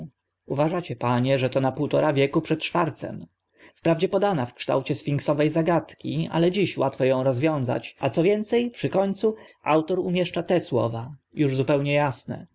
uważcie panie że to na półtora wieku przed schwartzem wprawdzie podana w kształcie sfinksowe zagadki ale dziś łatwo ą rozwiązać a co więce przy końcu autor umieszcza te słowa uż zupełnie asne